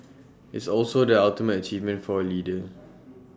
it's also the ultimate achievement for A leader